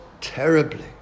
terribly